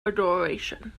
adoration